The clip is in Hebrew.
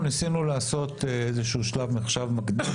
ניסינו לעשות איזשהו שלב מקדים,